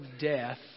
death